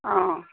অঁ